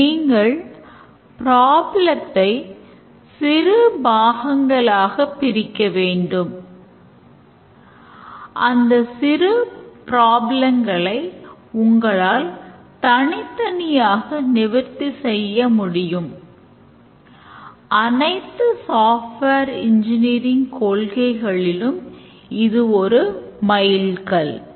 நீங்கள் ப்ராப்ளத்தை கொள்கைகளிலும் இது ஒரு மைல்கல்